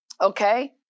Okay